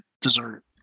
dessert